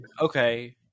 okay